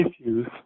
issues